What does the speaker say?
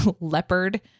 leopard